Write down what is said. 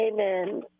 Amen